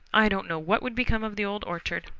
i don't know what would become of the old orchard.